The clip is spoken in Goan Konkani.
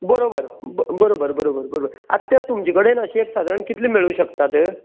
बरोबर बरोबर बरोबर बरोबर आतां ते तुमचे कडेन अशें एक साधरण कितले मेळूंक शकतात